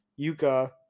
Yuka